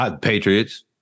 Patriots